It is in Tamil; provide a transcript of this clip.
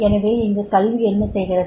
எனவே இங்கு கல்வி என்ன செய்கிறது